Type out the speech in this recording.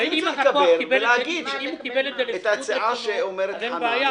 הרי אם הוא קיבל את זה לשביעות רצונו אז אין בעיה.